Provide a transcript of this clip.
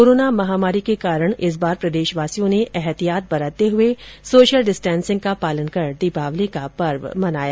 corona महामारी के कारण इस बार प्रदेशवासियों ने एहतियात बरतते हुए सोशल डिस्टेसिंग का पालन कर दीपावली का पर्व मनाया